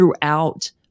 throughout